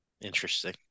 Interesting